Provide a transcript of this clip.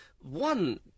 One